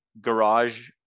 garage